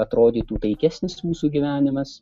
atrodytų taikesnis mūsų gyvenimas